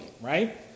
right